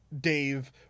dave